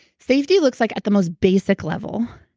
safety looks like, at the most basic level.